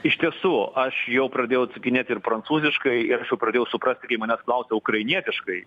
iš tiesų aš jau pradėjau atsakinėti ir prancūziškai ir aš jau pradėjau suprasti kai manęs klausia ukrainietiškai